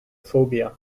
phobia